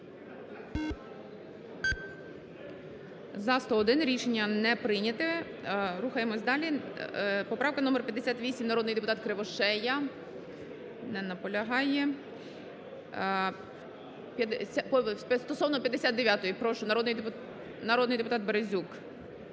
За-101 Рішення не прийнято. Рухаємося далі. Поправка номер 58, народний депутат Кривошия. Не наполягає. Стосовно 59-ї, прошу, народний депутат Березок.